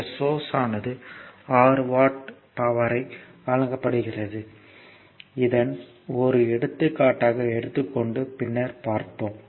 இந்த சோர்ஸ் ஆனது 6 வாட் பவர்யை வழங்கப்படுகிறது இதன் ஒரு எடுத்துக்காட்டாக எடுத்துக் கொண்டு பின்னர் பார்ப்போம்